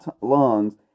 lungs